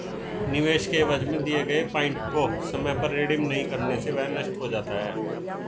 निवेश के एवज में दिए गए पॉइंट को समय पर रिडीम नहीं करने से वह नष्ट हो जाता है